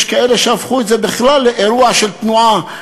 יש כאלה שהפכו את זה בכלל לאירוע של תנועה,